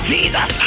Jesus